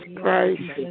Christ